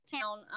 town